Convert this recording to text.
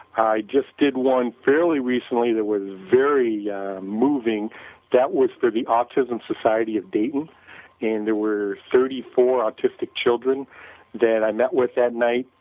i just did one fairly recently that was very yeah moving that was for the autism society of dayton and there were thirty four autistic children that i met with that night.